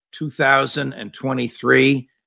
2023